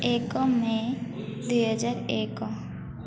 ଏକ ମେ ଦୁଇହଜାର ଏକ